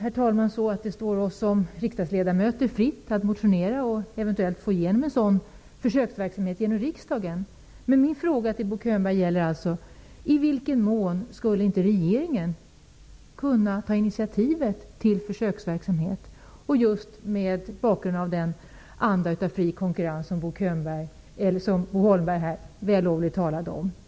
Det står naturligtvis oss som riksdagsledamöter fritt att motionera om och eventuellt få igenom en sådan försöksverksamhet i riskdagen, men min fråga till Bo Könberg är alltså: I vilken mån skulle regeringen kunna ta initiativ till försöksverksamhet just mot bakgrund av den anda av fri konkurrens som Bo Holmberg här vällovligt talade om?